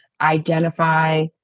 identify